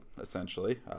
essentially